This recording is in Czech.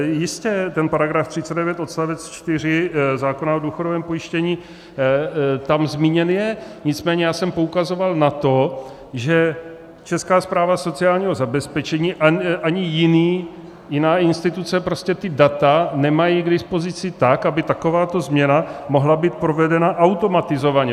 Jistě, ten § 39 odst. 4 zákona o důchodovém pojištění tam zmíněn je, nicméně já jsem poukazoval na to, že Česká správa sociálního zabezpečení ani jiná instituce prostě ta data nemá k dispozici, tak aby takováto změna mohla být provedena automatizovaně.